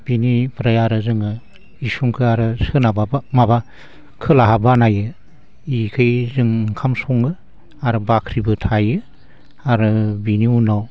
बेनिफ्राय आरो जोङो इसिंखौ आरो सोनाबहा माबा खोलाहा बानायो बेखै जों ओंखाम सङो आरो बाख्रिबो थायो आरो बिनि उनाव